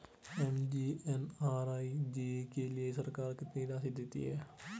MGNREGA के लिए सरकार कितनी राशि देती है?